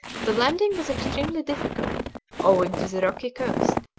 the landing was extremely difficult owing to the rocky coast,